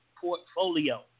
portfolio